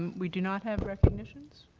we do not have recognitions?